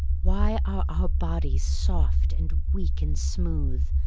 why are our bodies soft and weak and smooth,